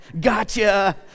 gotcha